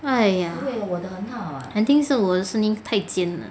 !aiya! I think 是我的声音太尖了